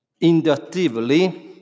inductively